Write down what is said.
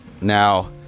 Now